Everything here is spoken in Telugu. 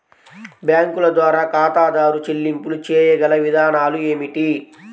బ్యాంకుల ద్వారా ఖాతాదారు చెల్లింపులు చేయగల విధానాలు ఏమిటి?